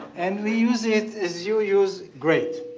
and we use it as you use great.